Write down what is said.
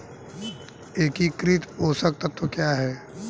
एकीकृत पोषक तत्व क्या है?